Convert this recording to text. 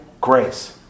grace